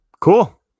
Cool